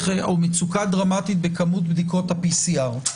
מצוקת דרמטית בכמות בדיקות ה-PCR.